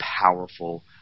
powerful